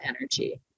energy